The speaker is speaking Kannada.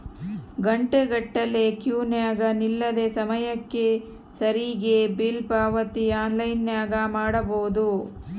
ಘಂಟೆಗಟ್ಟಲೆ ಕ್ಯೂನಗ ನಿಲ್ಲದೆ ಸಮಯಕ್ಕೆ ಸರಿಗಿ ಬಿಲ್ ಪಾವತಿ ಆನ್ಲೈನ್ನಾಗ ಮಾಡಬೊದು